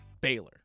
Baylor